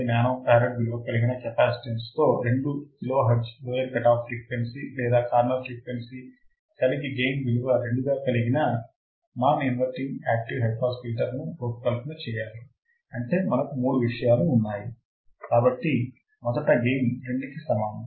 5 nano farad విలువ కల capacitance తో 2 kilo hertz lower cut off frequency లేదా కార్నర్ ఫ్రీక్వెన్సీ కలిగి గెయిన్ విలువ 2 గా కలిగిన non inverting active high pass filter ను రూపకల్పన చేయాలి అంటే మనకు మూడు విషయాలు ఉన్నాయి కాబట్టి మొదట గెయిన్ 2 కి సమానం